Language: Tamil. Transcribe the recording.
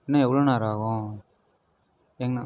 இன்னும் எவ்வளோ நேரம் ஆகும் எங்கேண்ணா